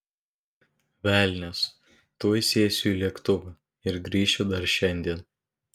velnias tuoj sėsiu į lėktuvą ir grįšiu dar šiandien